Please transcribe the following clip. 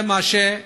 בזה אני